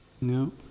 No